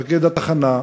מפקד התחנה,